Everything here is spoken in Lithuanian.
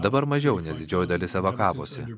dabar mažiau nes didžioji dalis evakavosi